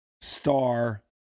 star